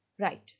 Right